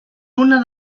una